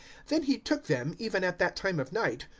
then he took them, even at that time of night,